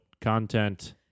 content